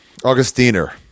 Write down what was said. Augustiner